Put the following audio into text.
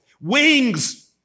Wings